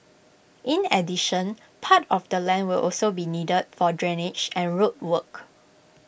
in addition part of the land will also be needed for drainage and road work